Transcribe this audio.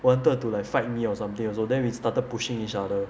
wanted to like fight me or something also then we started pushing each other